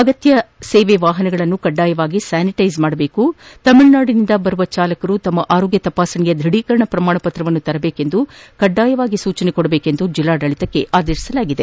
ಅಗತ್ಯ ಸೇವೆ ವಾಹನಗಳನ್ನು ಕಡ್ಡಾಯವಾಗಿ ಸ್ಥಾನಿಟ್ಟೆಸ್ ಮಾಡಬೇಕು ಹಾಗೂ ತಮಿಳುನಾಡಿನಿಂದ ಆಗಮಿಸುವ ಚಾಲಕರು ತಮ್ನ ಆರೋಗ್ಯ ತಪಾಸಣೆಯ ಧೃಢೀಕರಣ ಪ್ರಮಾಣಪತ್ರವನ್ನು ತರುವಂತೆ ಸೂಚಿಸಬೇಕೆಂದು ಜಿಲ್ಲಾಡಳಿತಕ್ಕೆ ಆದೇಶಿಸಲಾಗಿದೆ